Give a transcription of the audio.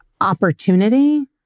opportunity